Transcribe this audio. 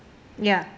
ya